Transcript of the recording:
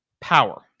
power